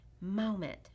moment